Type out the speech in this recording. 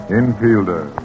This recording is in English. Infielder